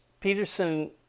Peterson